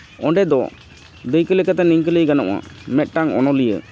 ᱚᱸᱰᱮ ᱫᱚ ᱫᱟᱹᱭᱠᱟᱹ ᱞᱮᱠᱟᱛᱮ ᱱᱤᱭᱟᱹᱜᱮ ᱞᱟᱹᱭ ᱜᱟᱱᱚᱜᱼᱟ ᱢᱤᱫᱴᱟᱱ ᱚᱱᱚᱞᱤᱭᱟᱹ